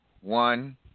one